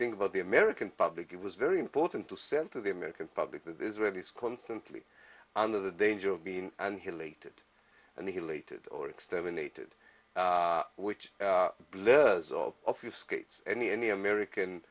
think about the american public it was very important to send to the american public that israelis constantly under the danger of being and he'll eat it and he will eat it or exterminated which blurs all of your skates any any american